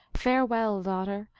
farewell, daughter!